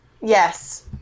yes